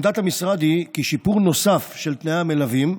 עמדת המשרד היא כי שיפור נוסף של תנאי המלווים,